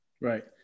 Right